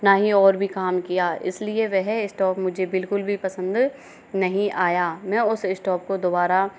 ना ही और भी काम किया इसलिए वह स्टोव मुझे बिल्कुल भी पसंद नही आया मैं उस स्टोव को दोबारा